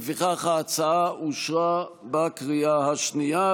לפיכך ההצעה אושרה בקריאה השנייה,